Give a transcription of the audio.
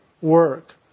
work